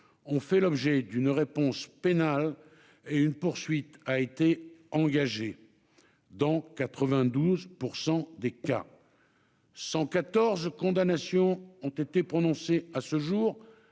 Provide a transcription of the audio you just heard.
ont fait l'objet d'une réponse pénale, et une poursuite a été engagée dans 92 % des cas. Quelque 114 condamnations ont été prononcées à ce jour,